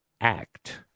act